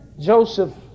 Joseph